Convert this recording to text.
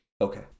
Okay